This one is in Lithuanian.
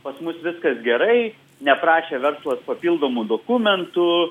pas mus viskas gerai neprašė verslas papildomų dokumentų